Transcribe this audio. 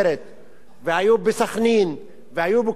והיו בסח'נין והיו בכל מיני מקומות,